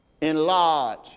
enlarge